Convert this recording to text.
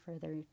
further